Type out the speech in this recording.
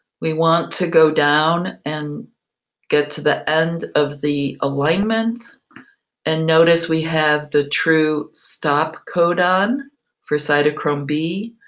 we want to go down and get to the end of the alignment and notice we have the true stop codon for cytochrome b.